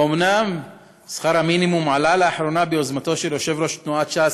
ואומנם שכר המינימום עלה לאחרונה ביוזמתו של יושב-ראש תנועת ש"ס,